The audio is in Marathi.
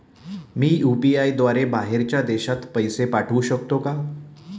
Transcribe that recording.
मी यु.पी.आय द्वारे बाहेरच्या देशात पैसे पाठवू शकतो का?